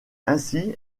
ainsi